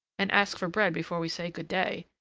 and ask for bread before we say good-day.